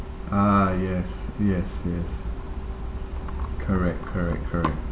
ah yes yes yes correct correct correct